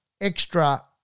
extra